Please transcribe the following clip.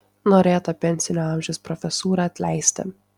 norėta pensinio amžiaus profesūrą atleisti